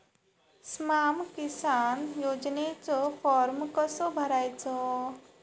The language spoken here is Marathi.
स्माम किसान योजनेचो फॉर्म कसो भरायचो?